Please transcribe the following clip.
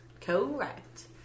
Correct